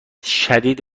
شدید